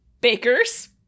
bakers